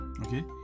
Okay